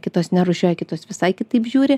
kitos nerūšiuoja kitos visai kitaip žiūri